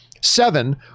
Seven